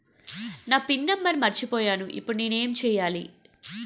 నా pin number మర్చిపోయాను ఇప్పుడు నేను ఎంచేయాలి?